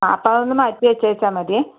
ആ അപ്പോൾ അതൊന്ന് മാറ്റിവെച്ചേച്ചാൽ മതിയേ